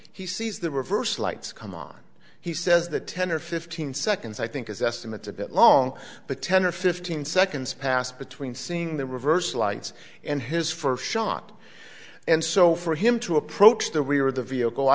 he sees the reverse lights come on he says the ten or fifteen seconds i think is estimates a bit long but ten or fifteen seconds passed between seeing the reverse lights and his for shot and so for him to approach the rear of the vehicle i